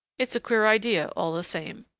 it's a queer idea, all the same!